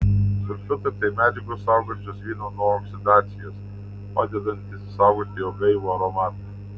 sulfitai tai medžiagos saugančios vyną nuo oksidacijos padedantys išsaugoti jo gaivų aromatą